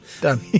Done